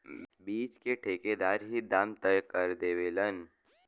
बीच क ठेकेदार ही दाम तय कर देवलन